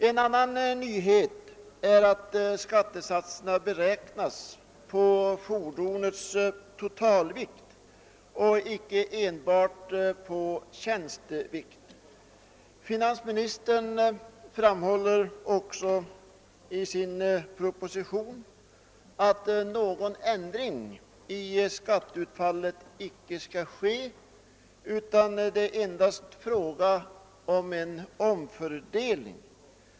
En annan nyhet är att skattesatserna skall beräknas på fordonets totalvikt och icke enbart på tjänstevikten. Finnansministern framhåller i sin proposition att det icke skall genomföras någon ändring i skatteutfallet, utan att det endast är fråga om en omfördelning härav.